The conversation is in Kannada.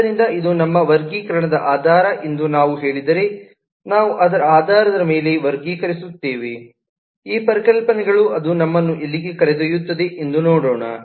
ಆದ್ದರಿಂದ ಇದು ನಮ್ಮ ವರ್ಗೀಕರಣದ ಆಧಾರ ಎಂದು ನಾವು ಹೇಳಿದರೆ ನಾವು ಅದರ ಆಧಾರದ ಮೇಲೆ ವರ್ಗೀಕರಿಸುತ್ತೇವೆ ಈ ಪರಿಕಲ್ಪನೆಗಳು ಅದು ನಮ್ಮನ್ನು ಎಲ್ಲಿಗೆ ಕರೆದೊಯ್ಯುತ್ತದೆ ಎಂದು ನೋಡೋಣ